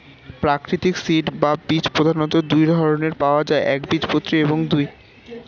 প্রাকৃতিক সিড বা বীজ প্রধানত দুই ধরনের পাওয়া যায় একবীজপত্রী এবং দুই